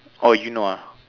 oh you know ah